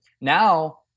Now